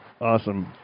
Awesome